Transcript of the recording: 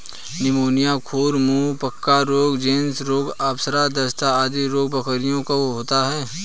pneumonia, खुर मुँह पका रोग, जोन्स रोग, आफरा, दस्त आदि रोग भी बकरियों को होता है